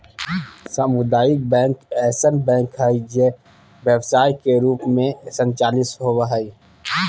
सामुदायिक बैंक ऐसन बैंक हइ जे व्यवसाय के रूप में संचालित होबो हइ